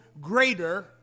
greater